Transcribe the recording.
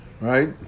right